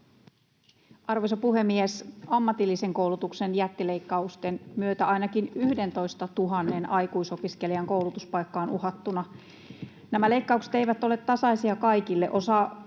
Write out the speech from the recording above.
Arvoisa puhemies! Ammatillisen koulutuksen jättileikkausten myötä ainakin 11 000 aikuisopiskelijan koulutuspaikka on uhattuna. Nämä leikkaukset eivät ole tasaisia kaikille.